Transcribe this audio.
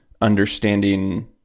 understanding